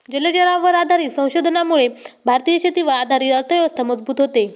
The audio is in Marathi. जलचरांवर आधारित संशोधनामुळे भारतीय शेतीवर आधारित अर्थव्यवस्था मजबूत होते